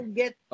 get